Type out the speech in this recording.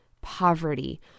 poverty